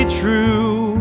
true